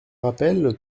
rappelle